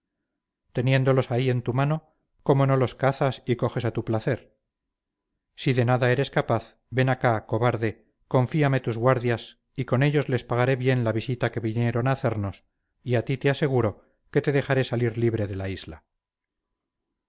ellos teniéndolos ahí en tu mano cómo no los cazas y coges a tu placer si de nada eres capaz ven acá cobarde confíame tus guardias y con ellos les pagaré bien la visita que vinieron a hacernos y a ti te aseguro que te dejaré salir libre de la isla